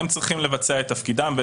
הם צריכים לבצע את תפקידם.